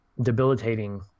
debilitating